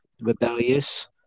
rebellious